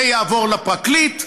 זה יעבור לפרקליט,